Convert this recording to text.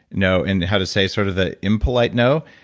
no, and how to say sort of the impolite no.